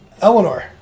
Eleanor